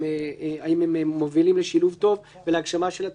האם הם מובילים לשילוב טוב ולהגשמה של התכלית,